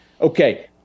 Okay